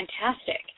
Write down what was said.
fantastic